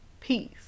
Peace